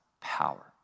power